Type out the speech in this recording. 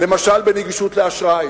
למשל בנגישות לאשראי,